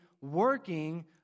Working